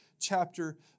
chapter